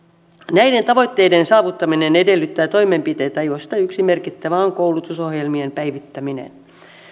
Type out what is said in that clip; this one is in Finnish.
näiden tavoitteiden saavuttaminen edellyttää toimenpiteitä joista yksi merkittävä on koulutusohjelmien päivittäminen